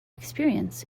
experience